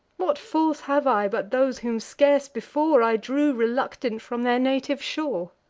what force have i but those whom scarce before i drew reluctant from their native shore?